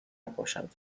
باشد